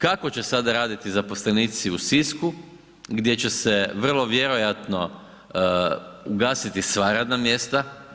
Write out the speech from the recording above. Kako će sada raditi zaposlenici u Sisku gdje će se vrlo vjerojatno ugasiti sva radna mjesta?